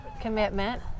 commitment